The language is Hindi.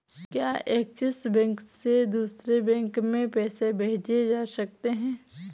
क्या ऐक्सिस बैंक से दूसरे बैंक में पैसे भेजे जा सकता हैं?